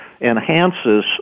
enhances